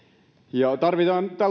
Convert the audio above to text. tilanteissa tarvitaan